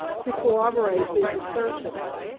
to corroborate his assertions,